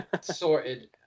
Sorted